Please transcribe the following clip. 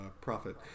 profit